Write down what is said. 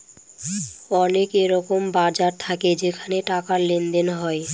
অনেক এরকম বাজার থাকে যেখানে টাকার লেনদেন হয়